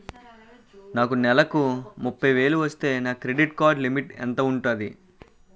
నాకు నెలకు ముప్పై వేలు వస్తే నా క్రెడిట్ కార్డ్ లిమిట్ ఎంత ఉంటాది?